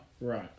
Right